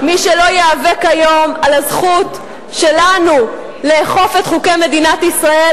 מי שלא ייאבק היום על הזכות שלנו לאכוף את חוקי מדינת ישראל,